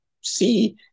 see